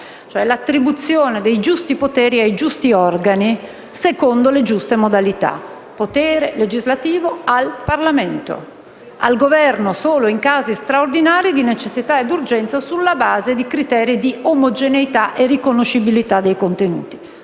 solo l'attribuzione dei giusti poteri ai giusti organi, secondo le giuste modalità. Il potere legislativo spetta al Parlamento e al Governo solo in casi straordinari di necessità e urgenza sulla base di criteri di omogeneità e riconoscibilità dei contenuti.